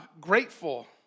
grateful